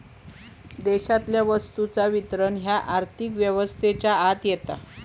देशातल्या वस्तूंचा वितरण ह्या आर्थिक व्यवस्थेच्या आत येता